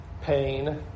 pain